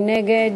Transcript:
מי נגד?